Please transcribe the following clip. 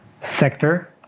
sector